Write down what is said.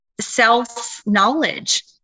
self-knowledge